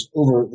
over